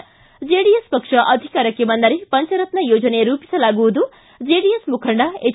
ಿ ಜೆಡಿಎಸ್ ಪಕ್ಷ ಅಧಿಕಾರಕ್ಕೆ ಬಂದರೆ ಪಂಚರತ್ನ ಯೋಜನೆ ರೂಪಿಸಲಾಗುವುದು ಜೆಡಿಎಸ್ ಮುಖಂಡ ಹೆಚ್